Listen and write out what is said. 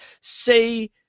Say